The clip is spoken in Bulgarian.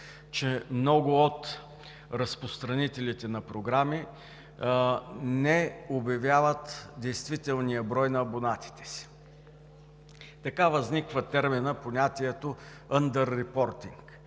че много от разпространителите на програми не обявяват действителния брой на абонатите си. Така възниква терминът, понятието „ъндър рипортинг“,